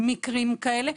מקרים כאלה,